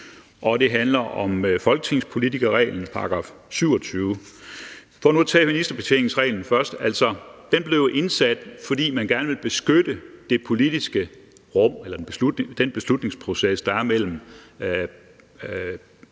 § 24, og om folketingspolitikerreglen, § 27. For nu at tage ministerbetjeningsreglen først: Altså, den blev jo indsat, fordi man gerne ville beskytte det politiske rum eller den beslutningsproces, der er mellem